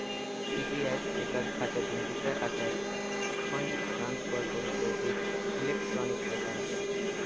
ECS एका खात्यातुन दुसऱ्या खात्यात फंड ट्रांसफर करूचो एक इलेक्ट्रॉनिक प्रकार असा